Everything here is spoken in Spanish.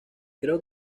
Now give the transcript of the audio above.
creo